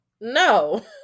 No